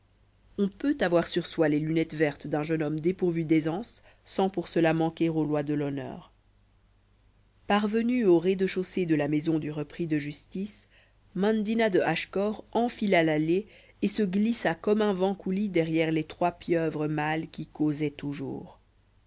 on peut avoir sur soi les lunettes vertes d'un jeune homme dépourvu d'aisance sans pour cela manquer aux lois de l'honneur parvenue au rez-de-chaussée de la maison du repris de justice mandina de hachecor enfila l'allée et se glissa comme un vent coulis derrière les trois pieuvres mâles qui causaient toujours